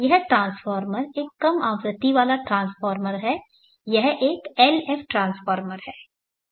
यह ट्रांसफार्मर एक कम आवृत्ति वाला ट्रांसफार्मर है यह एक LF ट्रांसफार्मर है